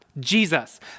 Jesus